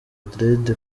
dread